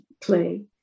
play